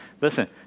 Listen